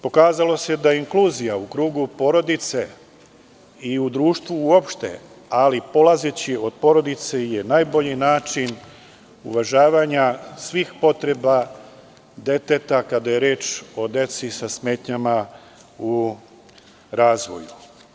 Pokazalo se da inkluzija u krugu porodice i u društvu uopšte, ali polazeći od porodice je najbolji način uvažavanja svih potreba deteta kada je reč o deci sa smetnjama u razvoju.